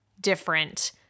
different